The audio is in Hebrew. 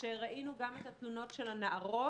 ושראינו גם את התלונות של הנערות.